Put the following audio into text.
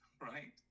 right